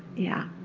yeah.